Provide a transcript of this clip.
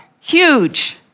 huge